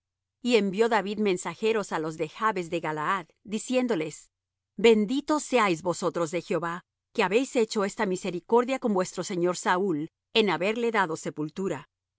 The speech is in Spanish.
y envió david mensajeros á los de jabes de galaad diciéndoles benditos seáis vosotros de jehová que habéis hecho esta misericordia con vuestro señor saúl en haberle dado sepultura